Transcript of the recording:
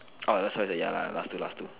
orh so the ya lah last two last two